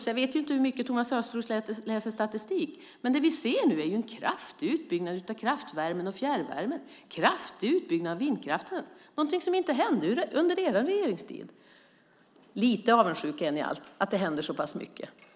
Jag vet inte hur mycket statistik Thomas Östros läser, men det vi ser nu är en kraftig utbyggnad av kraftvärmen, fjärrvärmen och vindkraften - något som inte hände under er regeringstid. Lite avundsjuka är ni allt för att det händer så pass mycket.